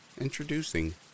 Introducing